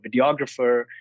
videographer